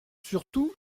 surtout